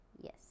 Yes